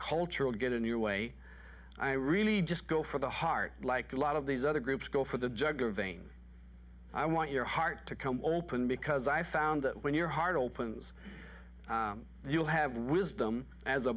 cultural get a new way i really just go for the heart like a lot of these other groups go for the judge giving i want your heart to come open because i found that when your heart opens you'll have wisdom as a